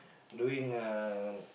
doing uh